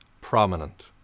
prominent